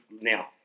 now